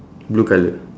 blue colour